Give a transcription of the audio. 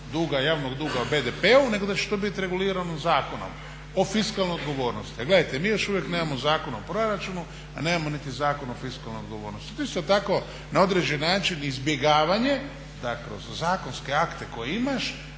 duga javnog duga u BDP-u nego da će biti to regulirano Zakonom o fiskalnoj odgovornosti. A gledajte, mi još uvijek nemamo Zakon o proračunu, nemamo niti Zakon o fiskalnoj odgovornosti. To je isto tako na određeni način izbjegavanje … zakonske akte koje imaš